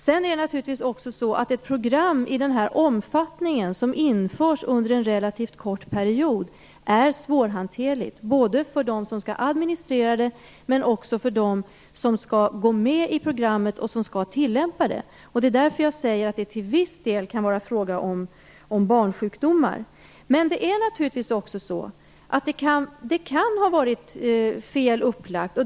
Sedan är det naturligtvis på det sättet att ett program i den här omfattningen som införs under en relativt kort period är svårhanterligt, både för dem som skall administrera det och för dem som skall gå med i programmet och som skall tillämpa det. Det är därför som jag säger att det till viss del kan vara fråga om barnsjukdomar. Men det är naturligtvis också på det sättet att det kan ha varit fel upplagt.